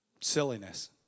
Silliness